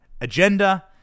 agenda